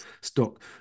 stock